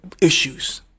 issues